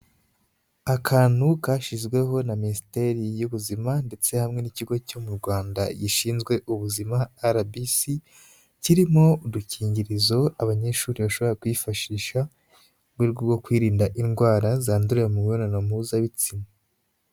Akantu kashyizweho na minisiteri y'ubuzima ndetse hamwe n'ikigo cyo mu Rwandawanda gishinzwe ubuzima RBC, kirimo udukingirizo abanyeshuri bashobora kwifashisha mu rwego rwo kwirinda indwara zandurira mu mibonano mpuzabitsina.